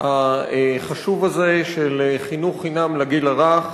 החשוב הזה של חינוך חינם לגיל הרך.